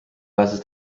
pääses